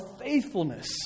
faithfulness